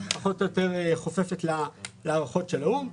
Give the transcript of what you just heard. פחות או יותר חופפת להערכות האו"מ.